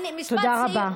תודה רבה.